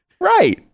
Right